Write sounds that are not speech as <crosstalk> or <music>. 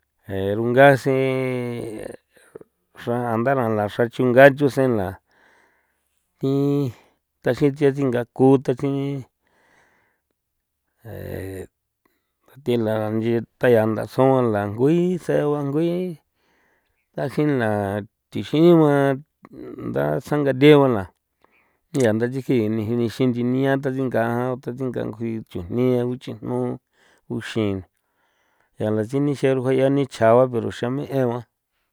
E runga sen xra andara la ra xra chinga chusen la thi taxin tse tsinga ku tachini <hesitation> tha the la xran nchi tha ya nda suan la nguii se guan ngui <noise> tajin la thixin gua ntha sangathe gua la <noise> ya nda ntha tsiji ni ji nixi nchi ni'a tatsinga a tatsinga nkjui chujni a uchijno uxin ya la tsin ni xeru ja ya nichja ba pero xame'e gua.